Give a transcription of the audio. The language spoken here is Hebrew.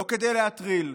לא כדי להטריל,